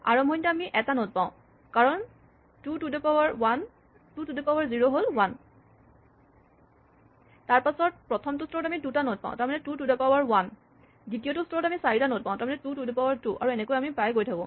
আৰম্ভণিতে আমি এটা নড পাওঁ কাৰণ two to the power zero one তাৰপাচত প্ৰথম স্তৰত আমি দুটা নড পাওঁ মানে two to the power one দ্বিতীয় স্তৰত আমি পাওঁ চাৰি two to the power two আৰু এনেকৈয়ে পাই গৈ থাকোঁ